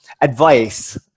Advice